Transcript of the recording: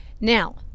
now